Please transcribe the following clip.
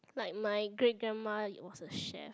like my great grandma was a chef